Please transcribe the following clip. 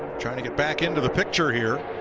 trying to get back into the picture here.